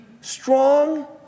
strong